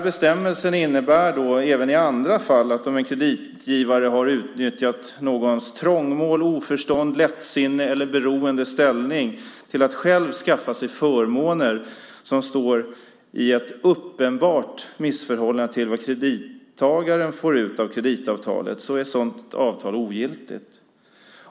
Bestämmelsen innebär även i andra fall att om en kreditgivare har utnyttjat någons trångmål, oförstånd, lättsinne eller beroendeställning till att själv skaffa sig förmåner som står i ett uppenbart missförhållande till vad kredittagaren får ut av kreditavtalet är ett sådant avtal ogiltigt.